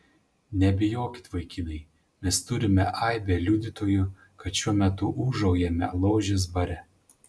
nebijokit vaikinai mes turime aibę liudytojų kad šiuo metu ūžaujame ložės bare